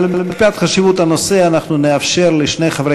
אבל מפאת חשיבות הנושא אנחנו נאפשר לשני חברי